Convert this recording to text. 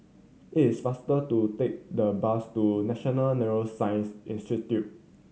it is faster to take the bus to National Neuroscience Institute